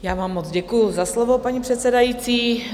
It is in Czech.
Já vám moc děkuju za slovo, paní předsedající.